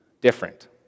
different